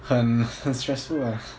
很很 stressful eh